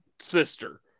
sister